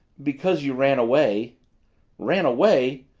because you ran away ran away!